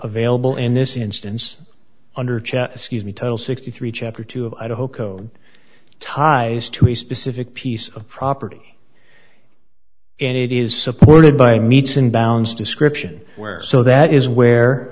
available in this instance under cesky is me total sixty three chapter two idaho code ties to a specific piece of property and it is supported by meets and bounds description where so that is where